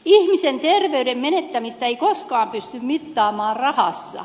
ihmisen terveyden menettämistä ei koskaan pysty mittaamaan rahassa